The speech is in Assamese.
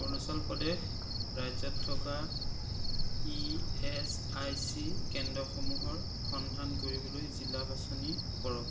অৰুণাচল প্ৰদেশ ৰাজ্যত থকা ই এছ আই চি কেন্দ্ৰসমূহৰ সন্ধান কৰিবলৈ জিলা বাছনি কৰক